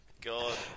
God